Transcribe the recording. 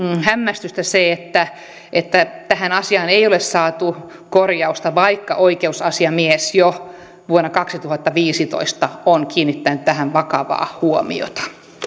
hämmästystä että että tähän asiaan ei ole saatu korjausta vaikka oikeusasiamies jo vuonna kaksituhattaviisitoista on kiinnittänyt tähän vakavaa huomiota